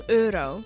euro